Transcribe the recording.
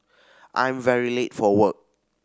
I'm very late for work